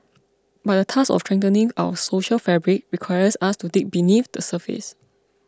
but the task of strengthening our social fabric requires us to dig beneath the surface